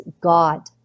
God